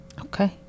okay